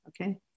okay